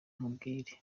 nkubwire